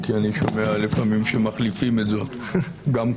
אני שומע לפעמים שמחליפים, גם כאן.